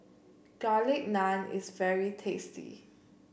Garlic Naan is very tasty